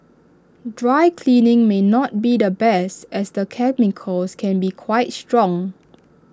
dry cleaning may not be the best as the chemicals can be quite strong